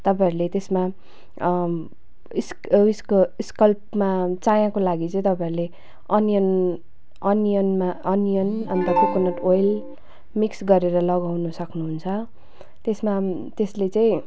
तपाईँहरूले त्यसमा उयसको उयसको स्कर्फमा चायाको लागि चाहिँ तपाईँहरूले अन्यन अन्यनमा अन्यन अन्त चाहिँ कोकोनट ओएल मिक्स गरेर लगाउन सक्नुहुन्छ त्यसमा त्यसले चाहिँ